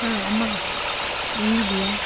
ಹಾಂ ಅಮ್ಮ ಹೆಂಗಿದ್ದೀಯ